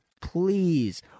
Please